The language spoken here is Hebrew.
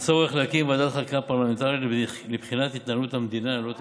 הצורך להקים ועדת חקירה פרלמנטרית לבחינת התנהלות המדינה ללא תקציב.